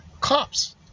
cops